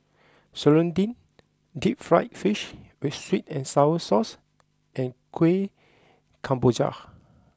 Serunding Deep Fried Fish with Sweet and Sour Sauce and Kueh Kemboja